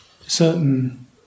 certain